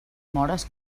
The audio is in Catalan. móres